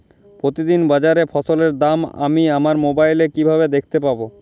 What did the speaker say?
প্রতিদিন বাজারে ফসলের দাম আমি আমার মোবাইলে কিভাবে দেখতে পাব?